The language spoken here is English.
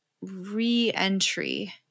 re-entry